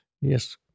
Yes